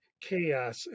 chaos